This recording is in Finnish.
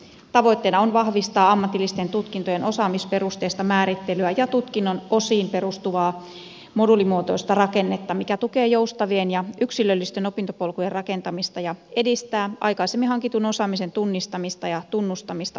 tavoitteena on vahvistaa ammatillisten tutkintojen osaamisperusteista määrittelyä ja tutkinnon osiin perustuvaa moduulimuotoista rakennetta mikä tukee joustavien ja yksilöllisten opintopolkujen rakentamista ja edistää aikaisemmin hankitun osaamisen tunnistamista ja tunnustamista osaksi tutkintoa